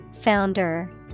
Founder